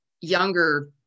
younger